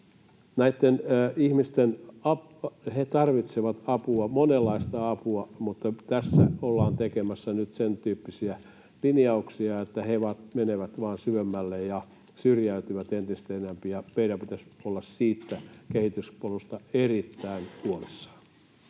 Nämä ihmiset tarvitsevat apua, monenlaista apua, mutta tässä ollaan tekemässä nyt sentyyppisiä linjauksia, että he menevät vain syvemmälle ja syrjäytyvät entistä enemmän, ja meidän pitäisi olla siitä kehityspolusta erittäin huolissaan.